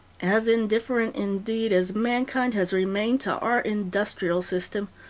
as indifferent, indeed, as mankind has remained to our industrial system,